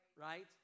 right